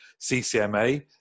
CCMA